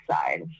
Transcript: side